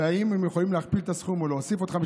והאם הם יכולים להכפיל את הסכום ולהוסיף עוד 50